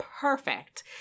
perfect